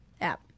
app